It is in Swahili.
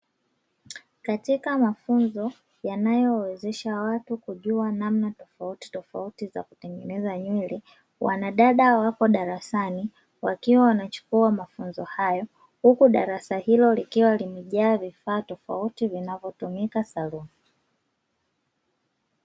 Katika mafunzo yanayowezesha watu kujua namna tofautitofauti za kutengeneza nywele, wanadada wapo darasani wakiwa wanachukua mafunzo hayo, huku darasa hilo likiwa limejaa vifaa tofauti vinavotumika saluni.